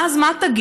ואז מה תגיד?